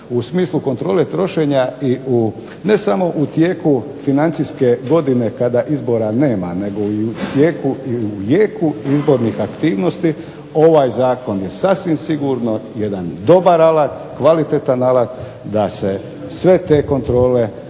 u smislu kontrole trošenja i ne samo u tijeku financijske godine kada izbora nema nego i u tijeku i u jeku izbornih aktivnosti ovaj zakon je sasvim sigurno jedan dobar alat, kvalitetan alat da se sve te kontrole apsolutno